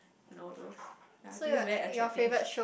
you know those ya I think it's very attractive